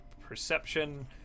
perception